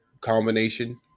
combination